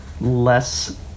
less